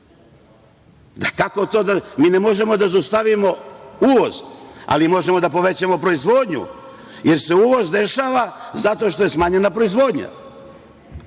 uvozimo meso. Mi ne možemo da zaustavimo uvoz, ali možemo da povećamo proizvodnju, jer se uvoz dešava zato što je smanjena proizvodnja.